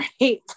right